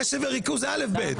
אלקין, קשב וריכוז זה א'-ב'.